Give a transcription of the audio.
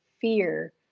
fear